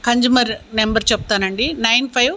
consumer number చెప్తాను అండి nine five